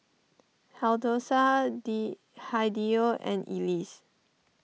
D Hideo and Elease